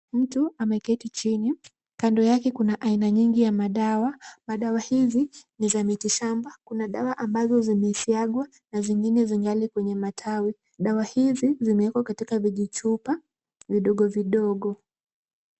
Mtu ameketi chini. Kando yake kuna aina nyingi ya madawa. Madawa hizi ni za miti shamba. Kuna dawa ambazo zimesiagwa na zingine zingali kwenye matawi. Dawa hizi zimewekwa katika vijichupa vidogo vidogo.